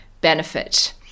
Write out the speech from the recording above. benefit